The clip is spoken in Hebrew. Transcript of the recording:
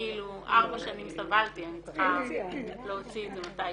ארבע שנים סבלתי אני צריכה להוציא את זה מתישהו.